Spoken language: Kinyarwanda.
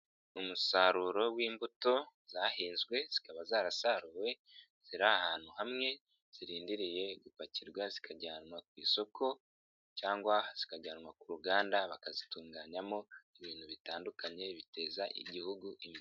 Umusaruro w'imbuto zahinzwe zikaba zarasaruwe, ziri ahantu hamwe, zirindiriye gupakirwa zikajyanwa ku isoko cyangwa zikajyanwa ku ruganda, bakazitunganyamo ibintu bitandukanye biteza igihugu imbere.